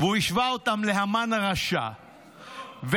והוא השווה אותם להמן הרשע וטען: